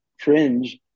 cringe